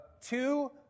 two